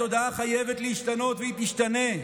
התודעה חייבת להשתנות, והיא תשתנה.